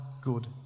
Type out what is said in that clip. good